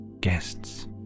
guest's